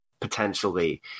potentially